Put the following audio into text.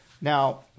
Now